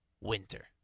Winter